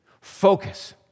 Focus